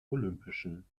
olympischen